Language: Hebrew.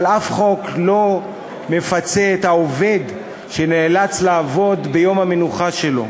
אבל אף חוק לא מפצה את העובד שנאלץ לעבוד ביום המנוחה שלו,